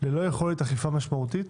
ללא יכולת אכיפה משמעותית,